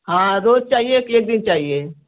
हाँ रोज़ चाहिए कि एक दिन चाहिए